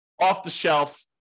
off-the-shelf